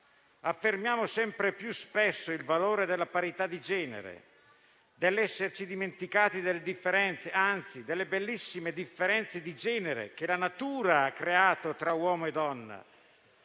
Affermiamo sempre più spesso il valore della parità di genere e dell'esserci dimenticati delle differenze, anzi delle bellissime differenze di genere che la natura ha creato tra uomo e donna.